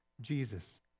Jesus